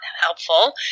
helpful